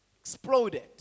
Exploded